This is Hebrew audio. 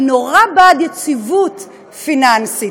אני נורא בעד יציבות פיננסית,